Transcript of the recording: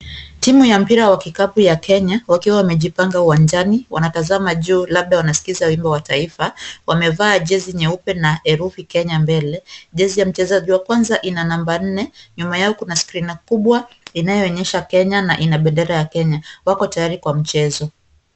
Timu ya mpira wa kikapu ya Kenya wakiwa wamejipanga uwanjani, wanatazama juu labda wanasikiza wimbo wa taifa, wamevaa jezi nyeupe na herufi Kenya mbele, jezi ya mchezaji wa kwanza ina namba nne, nyuma yao kuna skrini kubwa inayoonyesha Kenya na ina bendera ya Kenya, wako tayari kwa mchezo.